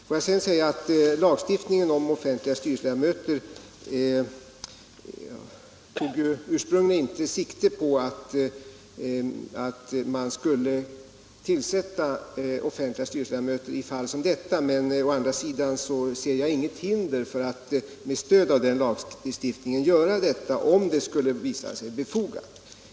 Får jag sedan säga att lagstiftningen om offentliga styrelseledamöter inte ursprungligen tog sikte på att man skulle tillsätta offentliga styrelseledamöter i fall som detta, men å andra sidan ser jag inget hinder att med stöd av den lagstiftningen göra detta om det skulle visa sig befogat.